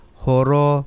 horo